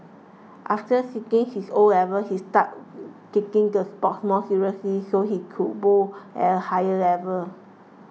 after sitting his O levels he started taking the sport more seriously so he could bowl at a higher level